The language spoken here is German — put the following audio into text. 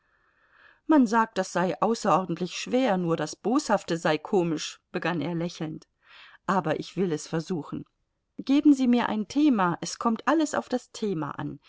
man sagt das sei außerordentlich schwer nur das boshafte sei komisch begann er lächelnd aber ich will es versuchen geben sie mir ein thema es kommt alles auf das thema an